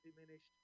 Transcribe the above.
diminished